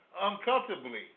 uncomfortably